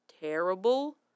terrible